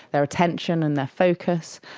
their attention and their focus,